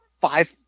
five